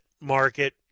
market